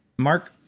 mark,